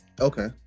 Okay